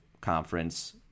conference